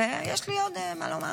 ויש לי עוד מה לומר.